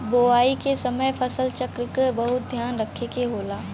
बोवाई के समय फसल चक्र क बहुत ध्यान रखे के होला